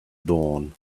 dawn